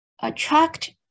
attract